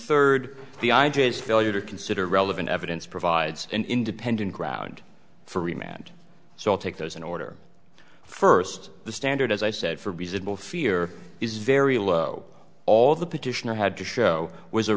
third the idea is failure to consider relevant evidence provides an independent ground for remount so i'll take those in order first the standard as i said for reasonable fear is very low all the petitioner had to show was a